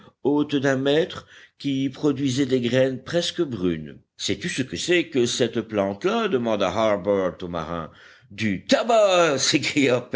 hautes d'un mètre qui produisaient des graines presque brunes sais-tu ce que c'est que cette plante là demanda harbert au marin du tabac s'écria